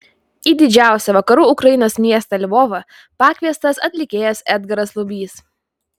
į didžiausią vakarų ukrainos miestą lvovą pakviestas atlikėjas edgaras lubys